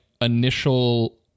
initial